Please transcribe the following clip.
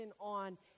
on